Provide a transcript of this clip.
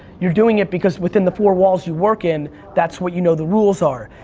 you're doing it because within the four walls you work in that's what you know the rules are.